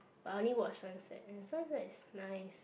but I only watch sunset and the sunset is nice